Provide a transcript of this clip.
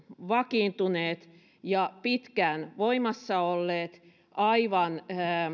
vakiintuneet ja pitkään voimassa olleet aivan